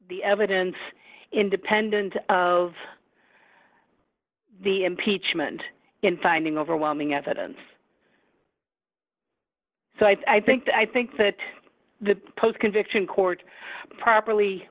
the evidence independent of the impeachment in finding overwhelming evidence so i think that i think that the post conviction court properly